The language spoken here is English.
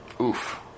Oof